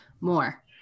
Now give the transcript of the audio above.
more